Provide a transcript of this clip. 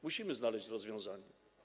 Musimy znaleźć rozwiązanie.